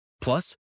Plus